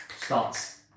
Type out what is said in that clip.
starts